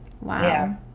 Wow